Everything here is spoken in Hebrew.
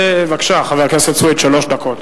חבר הכנסת סוייד, בבקשה, חמש דקות.